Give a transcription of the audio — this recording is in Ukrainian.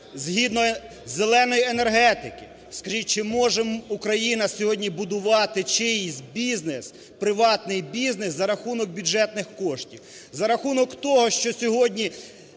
згідно "зеленої" енергетики. Скажіть, чи може Україна сьогодні будувати чийсь бізнес, приватний бізнес за рахунок бюджетних коштів? За рахунок того, що сьогодні